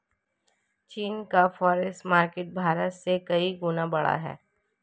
चीन का forex market Bharat से कई गुना बड़ा है